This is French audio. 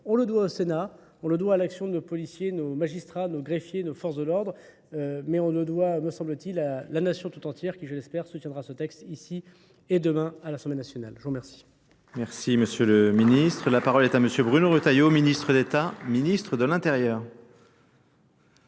On le doit au Sénat. On le doit à l'action de nos policiers, nos magistrats, nos greffiers, nos forces de l'ordre. Mais on le doit, me semble-t-il, à la nation tout entière qui, je l'espère, soutiendra ce texte ici et demain à l'Assemblée nationale. Je vous remercie. Merci Monsieur le Ministre. La parole est à Monsieur Bruno Retailleau, Ministre d'Etat, Ministre de l'Intérieur.